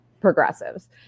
progressives